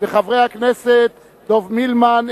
וחברי הכנסת דב מילמן,